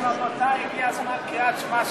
אומרים: רבותי, הגיע זמן קריאת שמע של שחרית.